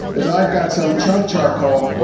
is i've got some chunk charcoal.